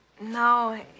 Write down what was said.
No